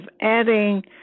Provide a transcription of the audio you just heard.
adding